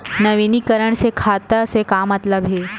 नवीनीकरण से खाता से का मतलब हे?